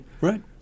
right